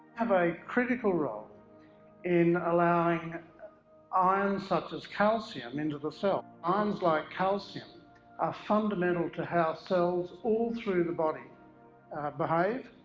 have a critical role in allowing ions such as calcium into the cell. ions like calcium are fundamental to how cells all through the body behave,